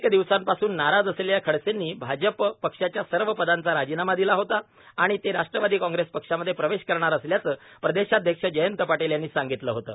अनेक दिवसांपासून नाराज असलेल्या खडसेंनी भाजप पक्षाच्या सर्व पदांचा राजीनामा दिला होता आणि ते राष्ट्रवादी काँग्रेस पक्षामध्ये प्रवेश करणार असल्याचं प्रदेशाध्यक्ष जयंत पाटील यांनी सांगितलं होतं